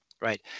right